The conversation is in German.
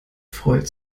freut